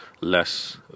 less